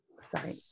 Sorry